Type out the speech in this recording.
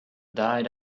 died